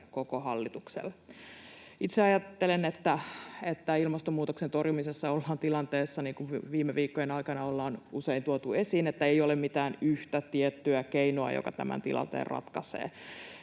koko hallitukselle. Itse ajattelen, että ilmastonmuutoksen torjumisessa ollaan tilanteessa, niin kuin viime viikkojen aikana ollaan usein tuotu esiin, että ei ole mitään yhtä tiettyä keinoa, joka tämän tilanteen ratkaisee.